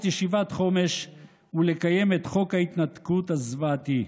ישיבת חומש ולקיים את חוק ההתנתקות הזוועתי.